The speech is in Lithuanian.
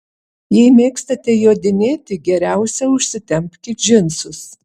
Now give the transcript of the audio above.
jei mėgstate jodinėti geriausia užsitempkit džinsus